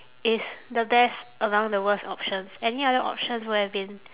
is the best among the worst options any other options would have been